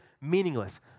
meaningless